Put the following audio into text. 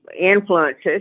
influences